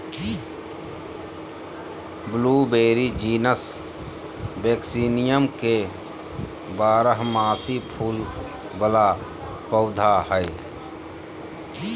blueberry genus Vaccinium के बारहमासी फूल वला पौधा हइ